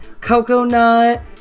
coconut